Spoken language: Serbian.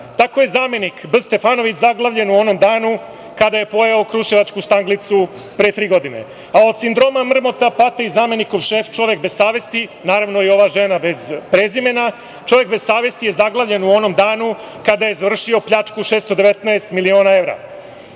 dana. Tako je zamenik B. Stefanović zaglavljen u onom danu kada je pojeo kruševačku štanglicu pre tri godine, a od sindroma mrmota pati i zamenikom šef, čovek bez savesti, naravno i ova žena bez prezimena. Čovek bez savesti je zaglavljen u onom danu kada je izvršio pljačku 619.000.000 evra.